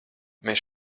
mēs